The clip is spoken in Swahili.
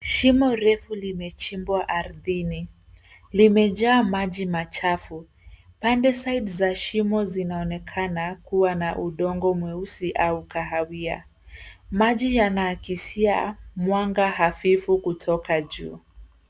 Shimo refu limechimbwa ardhini, limejaa maji machafu, pande[ cs] sides za shimo zinaonekana kuwa na udongo mweusi au kahawia, maji yanaakisia mwanga hafifu kutoka juu.